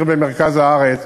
עיר במרכז הארץ,